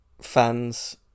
fans